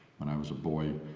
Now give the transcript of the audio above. when i was a boy,